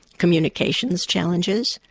communications challenges,